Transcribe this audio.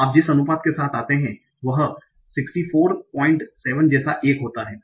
तो आप जिस अनुपात के साथ आते हैं वह 647 जैसा 1 होता है